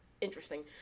interesting